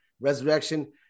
resurrection